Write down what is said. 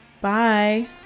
Bye